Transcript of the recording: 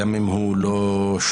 גם אם הוא לא שלם,